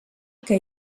que